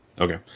Okay